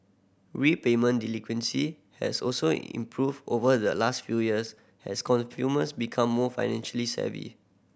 repayment delinquency has also improved over the last few years as consumers become more financially savvy